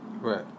Right